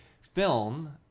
film